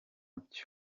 byo